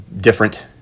different